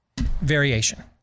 variation